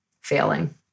failing